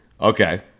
Okay